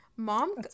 mom